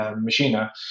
Machina